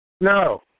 No